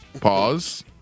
Pause